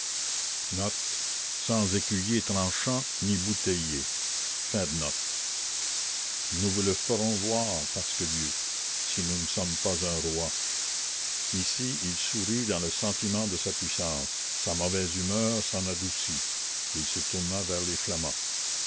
nous vous le ferons voir pasque dieu si nous ne sommes pas un roi ici il sourit dans le sentiment de sa puissance sa mauvaise humeur s'en adoucit et il se tourna vers les flamands